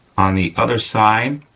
on the other side,